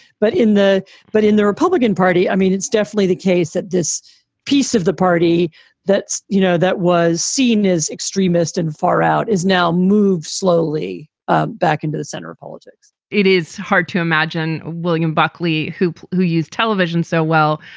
but in the butt in the republican party, i mean, it's definitely the case that this piece of the party that's, you know, that was seen as extremist and far out is now moved slowly ah back into the center of politics it is hard to imagine william buckley, who who used television so well,